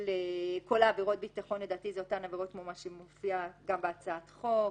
כל עבירות הביטחון לדעתי זה אותן עבירות כמו מה שמופיע גם בהצעת החוק.